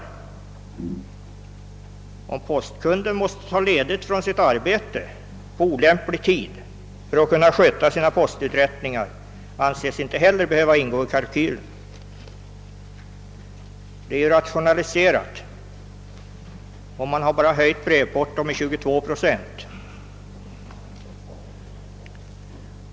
Att en postkund måste ta ledigt från sitt arbete på olämplig tid för att kunna sköta sina postförrättningar anses inte heller behöva tas med i beräkningen. Det är ju fråga om rationalisering, och man har bara höjt brevportot med 22 procent.